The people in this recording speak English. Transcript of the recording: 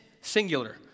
singular